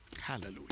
Hallelujah